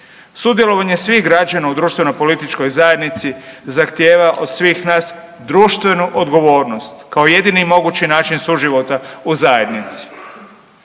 Sudjelovanje svih građana u društveno političkoj zajednici zahtjeva od svih nas društvenu odgovornost kao jedini i mogući način suživota u zajednici.